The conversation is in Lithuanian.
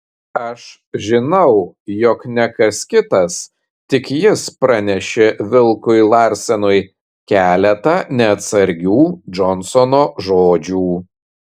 aš žinau jog ne kas kitas tik jis pranešė vilkui larsenui keletą neatsargių džonsono žodžių